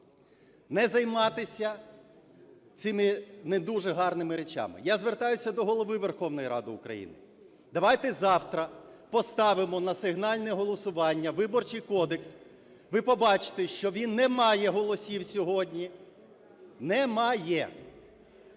не займатися цими не дуже гарними речами. Я звертаюся до Голови Верховної Ради України. Давайте завтра поставимо на сигнальне голосування Виборчий кодекс. Ви побачите, що він не має голосів сьогодні. Не має.